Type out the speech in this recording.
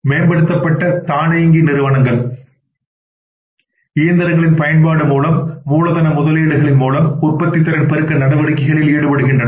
மேம்படுத்தப்பட்ட தானியங்கி நிறுவனங்கள் இயந்திரங்களின் பயன்பாடு மற்றும் மூலதன முதலீடுகளின் மூலம் உற்பத்தித்திறன் பெருக்க நடவடிக்கைகளில் ஈடுபடுகின்றனர்